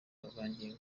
amavangingo